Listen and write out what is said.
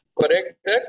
correct